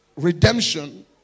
redemption